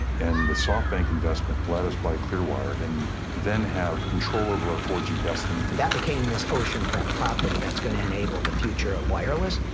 and the softbank investment let us buy clearwire and then have control over our four g destiny. that became this ocean front property that's going to enable the future of wireless.